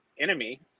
enemy